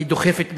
היא דוחפת בכיוון.